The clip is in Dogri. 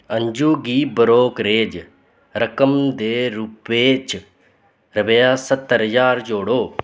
अंजु गी ब्रोकरेज रकम दे रूपै च रपेऽ स्ह्त्तर ज्हार जोड़ो